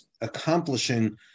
accomplishing